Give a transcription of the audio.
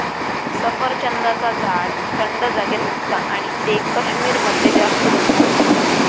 सफरचंदाचा झाड थंड जागेर उगता आणि ते कश्मीर मध्ये जास्त दिसतत